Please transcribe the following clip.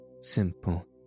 simple